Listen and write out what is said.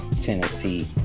tennessee